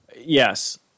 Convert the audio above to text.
Yes